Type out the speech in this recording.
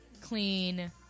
clean